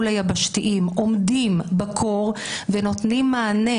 היבשתיים עומדים בקור ונותנים מענה,